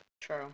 True